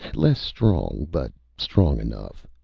less strong, but strong enough.